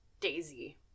Daisy